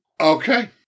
Okay